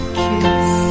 kiss